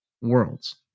Worlds